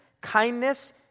kindness